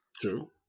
True